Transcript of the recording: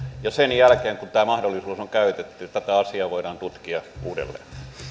ja sen jälkeen kun tämä mahdollisuus on käytetty tätä asiaa voidaan tutkia uudelleen